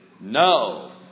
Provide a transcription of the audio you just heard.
No